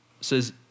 says